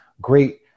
great